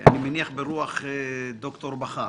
אני מניח ברוח ד"ר בכר.